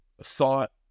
thought